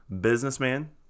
Businessman